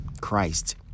Christ